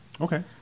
Okay